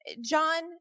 John